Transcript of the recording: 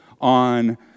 on